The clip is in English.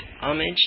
HOMAGE